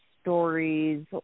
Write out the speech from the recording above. stories